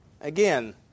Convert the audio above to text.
Again